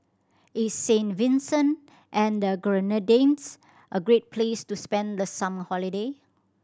is Saint Vincent and Grenadines a great place to spend the summer holiday